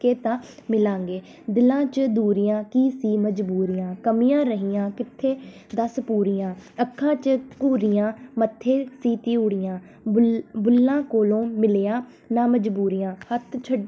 ਕੇ ਤਾਂ ਮਿਲਾਂਗੇ ਦਿਲਾਂ 'ਚ ਦੂਰੀਆਂ ਕੀ ਸੀ ਮਜ਼ਬੂਰੀਆਂ ਕਮੀਆਂ ਰਹੀਆਂ ਕਿੱਥੇ ਦੱਸ ਪੂਰੀਆਂ ਅੱਖਾਂ 'ਚ ਘੂਰੀਆਂ ਮੱਥੇ ਸੀ ਤਿਉੜੀਆਂ ਬੁੱਲ ਬੁੱਲਾਂ ਕੋਲੋਂ ਮਿਲਿਆ ਨਾ ਮਜ਼ਬੂਰੀਆਂ ਹੱਥ ਛੱਡ